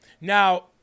Now